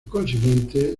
consiguiente